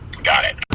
got it.